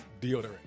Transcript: Deodorant